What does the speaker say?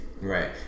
Right